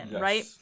right